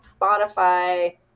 Spotify